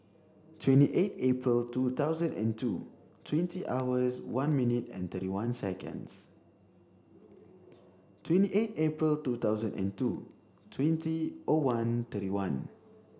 twenty eight April two thousand and two twenty hours one minute and thirty one seconds twenty eight April two thousand and two twenty O one thirty one